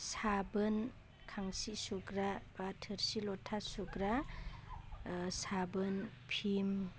साबोन खानसि सुग्रा बा थोरसि लथा सुग्रा साबोन पिम